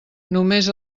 només